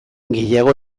gehiago